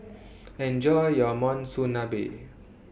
Enjoy your Monsunabe